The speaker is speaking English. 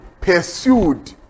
pursued